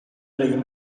gehien